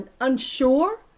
unsure